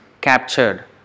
captured